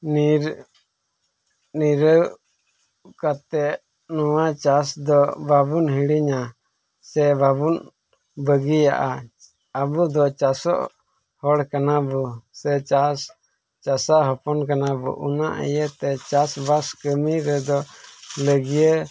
ᱱᱤᱨ ᱱᱤᱨᱟᱹᱣ ᱠᱟᱛᱮᱫ ᱱᱚᱣᱟ ᱪᱟᱥ ᱫᱚ ᱵᱟᱵᱚᱱ ᱦᱤᱲᱤᱧᱟ ᱥᱮ ᱵᱟᱵᱚᱱ ᱵᱟᱹᱜᱤᱭᱟᱜᱼᱟ ᱟᱵᱚ ᱫᱚ ᱪᱟᱥᱚᱜ ᱦᱚᱲ ᱠᱟᱱᱟ ᱵᱚᱱ ᱥᱮ ᱪᱟᱥ ᱪᱟᱥᱟ ᱦᱚᱯᱚᱱ ᱠᱟᱱᱟ ᱵᱚᱱ ᱚᱱᱟ ᱤᱭᱟᱹᱛᱮ ᱪᱟᱥᱵᱟᱥ ᱠᱟᱹᱢᱤ ᱨᱮᱫᱚ ᱞᱟᱹᱜᱽᱭᱟᱹ